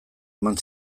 eman